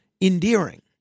endearing